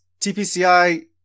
TPCI